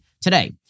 today